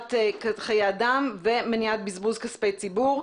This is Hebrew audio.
הצלת חיי אדם ומניעת בזבוז כספי ציבור,